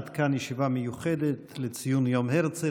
עד כאן הישיבה המיוחדת לציון יום הרצל.